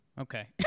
Okay